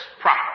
proper